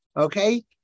okay